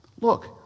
Look